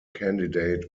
candidate